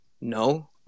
No